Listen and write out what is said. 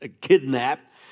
kidnapped